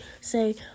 say